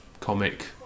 comic